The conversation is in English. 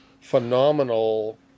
phenomenal